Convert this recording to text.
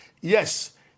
Yes